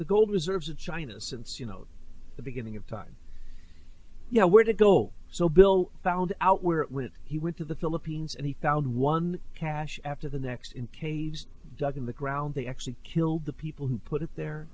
the gold reserves of china since you know the beginning of time you know where to go so bill found out where it went he went to the philippines and he found one cache after the next in caves dug in the ground they actually killed the people who put it there